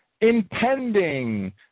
impending